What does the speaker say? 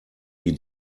die